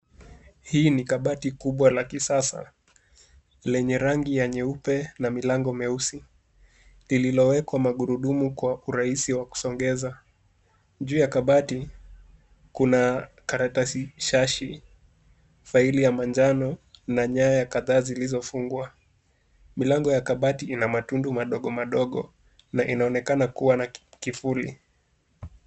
Hii ni kabati kubwa la kisasa lenye rangi ya nyeupe na milango mieusi ilililowekwa magurudumu kwa urahisi wa kusogeza. Juu ya kabati kuna karatasi shashi, faili ya manjano na faili kadhaa zilizofungwa. Milango ya kabati ina matundu madogo madogo na inaonekana kuwa na kafuli.